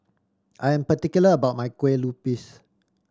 I am particular about my Kueh Lupis